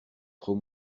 trop